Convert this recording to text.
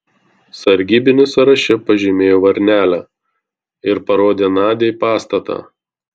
sargybinis sąraše pažymėjo varnelę ir parodė nadiai pastatą